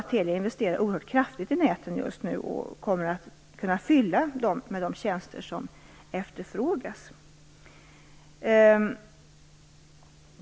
Telia investerar oerhört kraftigt i näten just nu och kommer att kunna fylla dem med de tjänster som efterfrågas.